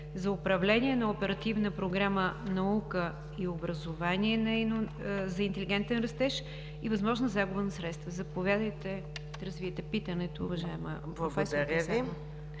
за управление на Оперативна програма „Наука и образование за интелигентен растеж“ и възможна загуба на средства. Заповядайте да развиете питането, уважаема професор